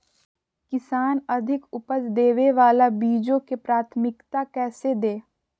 किसान अधिक उपज देवे वाले बीजों के प्राथमिकता कैसे दे?